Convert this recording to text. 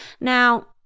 Now